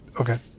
Okay